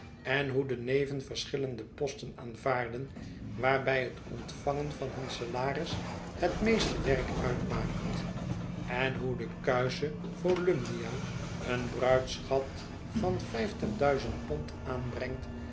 en hoe deneven verschillende posten aanvaarden waarbij het ontvangen van hun salaris het meeste werk uitmaakt en hoe de kuische volumnia een bruidschat van vijftig duizend pond aanbrengt